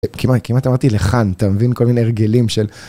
כמעט אמרתי לכאן, אתה מבין כל מיני הרגלים של...